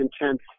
intense